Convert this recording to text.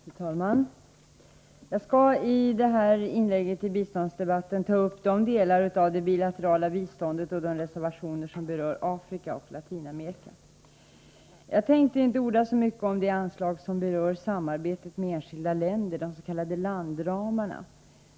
Fru talman! Jag skall i mitt inlägg i biståndsdebatten ta upp de delar av det bilaterala biståndet och de reservationer som berör Afrika och Latinamerika. Jag tänkte inte orda så mycket om det anslag som berör samarbetet med enskilda länder, de s.k. landramarna.